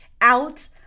out